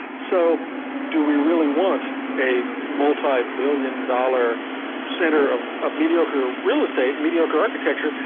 so do we really want a multi-billion dollar centre of ah mediocre real estate, mediocre architecture,